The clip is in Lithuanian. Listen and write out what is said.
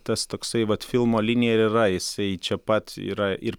tas toksai vat filmo linija ir yra jisai čia pat yra ir